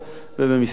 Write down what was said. ובמספרים,